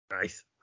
nice